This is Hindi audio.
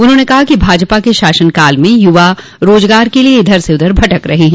उन्होंन कहा कि भाजपा के शासन काल में युवा रोजगार के लिये इधर से उधर भटक रहे हैं